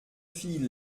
fille